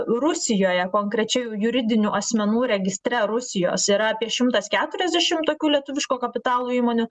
rusijoje konkrečiai juridinių asmenų registre rusijos yra apie šimtas keturiasdešim tokių lietuviško kapitalo įmonių